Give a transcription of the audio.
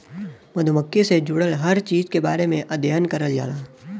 मधुमक्खी से जुड़ल हर चीज के बारे में अध्ययन करल जाला